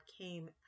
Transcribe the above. came